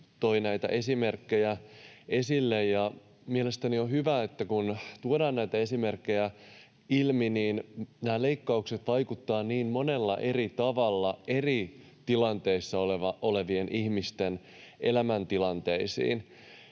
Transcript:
toi näitä esimerkkejä esille. Mielestäni on hyvä, että tuodaan näitä esimerkkejä ilmi, kun nämä leikkaukset vaikuttavat niin monella eri tavalla eri tilanteissa olevien ihmisten elämäntilanteisiin.